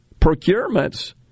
procurements